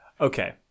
okay